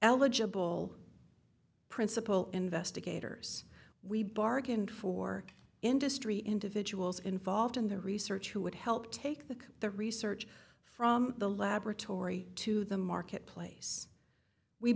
eligible principal investigators we bargained for industry individuals involved in the research who would help take the the research from the laboratory to the marketplace we